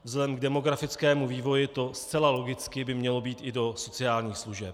Vzhledem k demografickému vývoji by to zcela logicky mělo být i do sociálních služeb.